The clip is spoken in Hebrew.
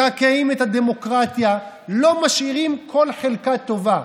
מקעקעים את הדמוקרטיה, לא משאירים כל חלקה טובה.